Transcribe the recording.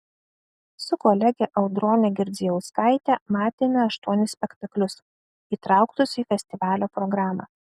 su kolege audrone girdzijauskaite matėme aštuonis spektaklius įtrauktus į festivalio programą